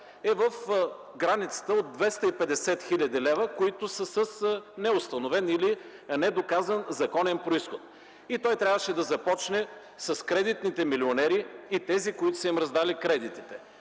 е в границата от 250 хил. лв., които са с неустановен или недоказан законен произход. Той трябваше да започне с кредитните милионери и тези, които са им раздали кредитите.